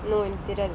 you know